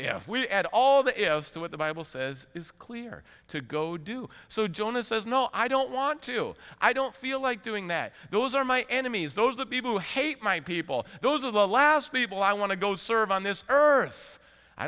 we add all that to what the bible says is clear to go do so jonah says no i don't want to i don't feel like doing that those are my enemies those are people who hate my people those are the last people i want to go serve on this earth i